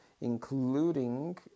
including